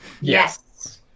Yes